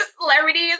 celebrities